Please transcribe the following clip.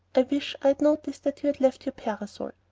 i wish i had noticed that you had left your parasol.